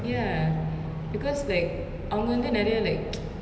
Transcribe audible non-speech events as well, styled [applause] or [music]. ya because like அவங்க வந்து நெரய:avanga vanthu neraya like [noise]